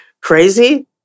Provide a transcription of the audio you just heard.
Crazy